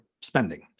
spending